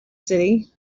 city